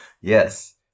Yes